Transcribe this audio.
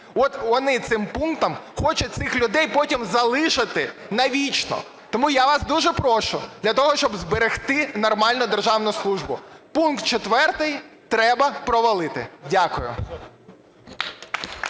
От вони цим пунктом хочуть цих людей потім залишити навічно. Тому я вас дуже прошу, для того, щоб зберегти нормальну державну службу, пункт четвертий треба провалити. Дякую.